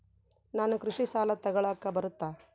ನಾನು ಕೃಷಿ ಸಾಲ ತಗಳಕ ಬರುತ್ತಾ?